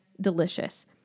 delicious